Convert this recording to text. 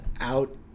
out